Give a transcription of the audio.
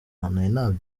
icyumweru